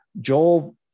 Joel